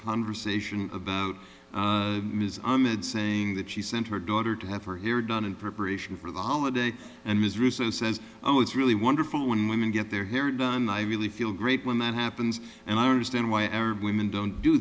conversation about ms ahmed saying that she sent her daughter to have her here done in preparation for the holiday and was rousseau says oh it's really wonderful when women get their hair done i really feel great when that happens and i understand why arab women don't do